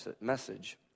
message